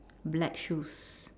black shoes